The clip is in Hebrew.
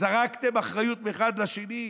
זרקתם את האחריות מאחד לשני,